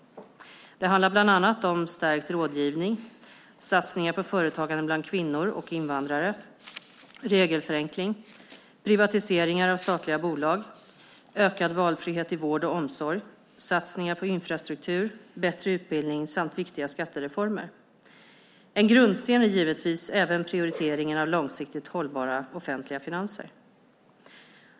Det handlar bland annat om stärkt rådgivning, satsningar på företagande bland kvinnor och invandrare, regelförenkling, privatiseringar av statliga bolag, ökad valfrihet i vård och omsorg, satsningar på infrastruktur, bättre utbildning samt viktiga skattereformer. En grundsten är givetvis även prioriteringen av långsiktigt hållbara offentliga finanser.